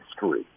history